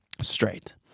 straight